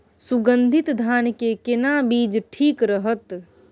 सुगन्धित धान के केना बीज ठीक रहत?